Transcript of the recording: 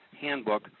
handbook